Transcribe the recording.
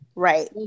right